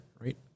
right